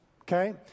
Okay